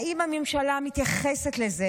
האם הממשלה מתייחסת לזה?